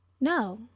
no